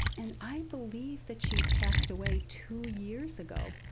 and i believe that she passed away two years ago.